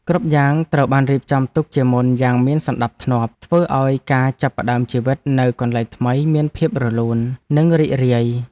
គ្រប់យ៉ាងត្រូវបានរៀបចំទុកជាមុនយ៉ាងមានសណ្ដាប់ធ្នាប់ធ្វើឱ្យការចាប់ផ្ដើមជីវិតនៅកន្លែងថ្មីមានភាពរលូននិងរីករាយ។